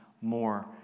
more